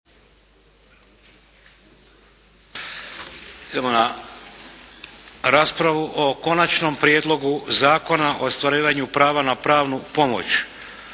Idemo na raspravu o: - Konačni prijedlog zakona o ostvarivanju prava na pravnu pomoć,